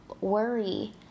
worry